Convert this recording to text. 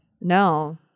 No